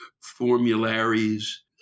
formularies